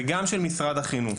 וגם של משרד החינוך.